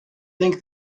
think